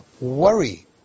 worry